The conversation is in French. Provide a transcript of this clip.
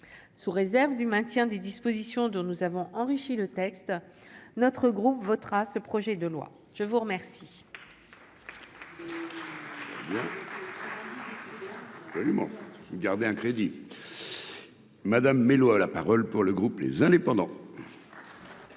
sous réserve du maintien des dispositions dont nous avons enrichi le texte notre groupe votera ce projet de loi, je vous remercie.